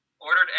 Ordered